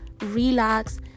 relax